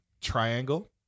Triangle